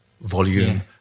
volume